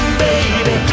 baby